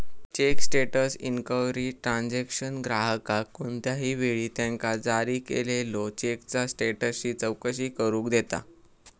check status inquiry transaction ग्राहकाक कोणत्याही वेळी त्यांका जारी केलेल्यो चेकचा स्टेटसची चौकशी करू देता